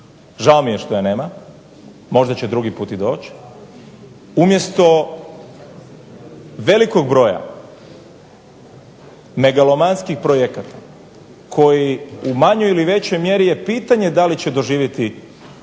Žao mi je što je nema. Možda će drugi put i doći. Umjesto velikog broja megalomanskih projekata koji u manjoj ili većoj mjeri je pitanje da li će doživjeti